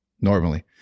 normally